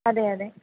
അതെ അതെ